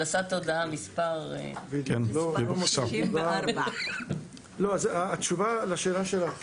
הנדסת תודעה מספר --- מספר 64. התשובה לשאלה שלך,